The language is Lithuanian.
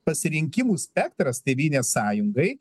pasirinkimų spektras tėvynės sąjungai